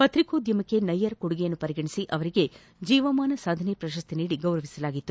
ಪತ್ರಿಕೋದ್ಯಮಕ್ಕೆ ನಯ್ಕರ್ ಕೊಡುಗೆ ಪರಿಗಣಿಸಿ ಅವರಿಗೆ ಜೀವಮಾನ ಸಾಧನೆ ಪ್ರಶಸ್ತಿ ನೀಡಿ ಗೌರವಿಸಲಾಗಿತ್ತು